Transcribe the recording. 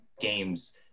games